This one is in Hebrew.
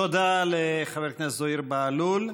תודה לחבר הכנסת זוהיר בהלול.